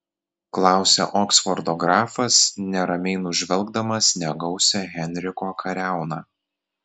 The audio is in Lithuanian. klausia oksfordo grafas neramiai nužvelgdamas negausią henriko kariauną